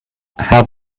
help